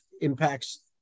impacts